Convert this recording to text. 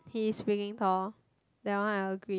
he's freaking tall that one I agree